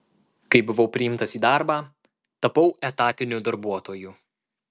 kai buvau priimtas į darbą tapau etatiniu darbuotoju